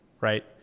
Right